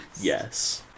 yes